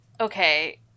Okay